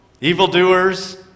evildoers